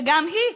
שגם היא,